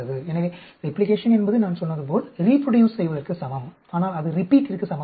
எனவே ரெப்ளிகேஷன் என்பது நான் சொன்னது போல் ரிப்ரோட்யுஸ் செய்வதற்கு சமம் ஆனால் அது ரிபீட்டிற்கு சமமல்ல